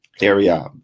area